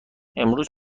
امروز